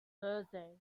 thursday